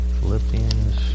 Philippians